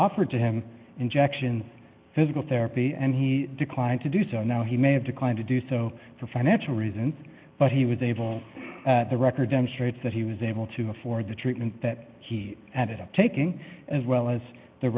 offered to him injections physical therapy and he declined to do so now he may have declined to do so for financial reasons but he was able to record demonstrates that he was able to afford the treatment that he added i'm taking as well as the